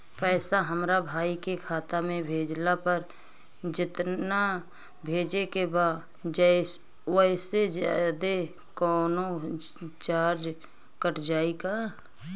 पैसा हमरा भाई के खाता मे भेजला पर जेतना भेजे के बा औसे जादे कौनोचार्ज कट जाई का?